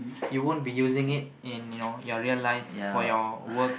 you won't be using it in you know your real life for your work